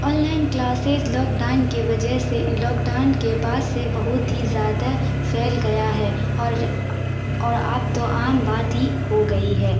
on line classes lockdown کے وجہ سے ان لاک ڈاؤن کے بعد سے بہت ہی زیادہ پھیل گیا ہے اور اور اب تو عام بات ہی ہو گئی ہے